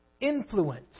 influence